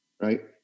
right